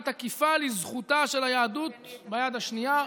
תקיפה לזכותה של היהדות ביד השנייה,